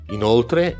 Inoltre